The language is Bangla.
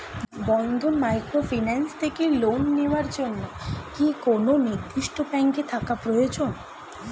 বন্ধন মাইক্রোফিন্যান্স থেকে লোন নেওয়ার জন্য কি কোন নির্দিষ্ট গ্রুপে থাকা প্রয়োজন?